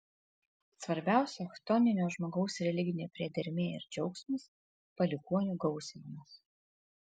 svarbiausia chtoninio žmogaus religinė priedermė ir džiaugsmas palikuonių gausinimas